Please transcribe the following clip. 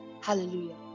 Hallelujah